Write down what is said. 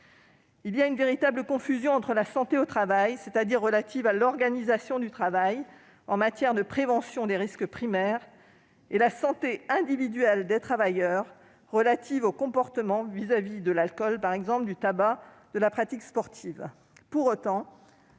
Il y a une véritable confusion entre la santé au travail, c'est-à-dire la santé relative à l'organisation du travail en matière de prévention des risques primaires, et la santé individuelle des travailleurs, relative aux comportements vis-à-vis par exemple de l'alcool, du tabac ou de la pratique sportive.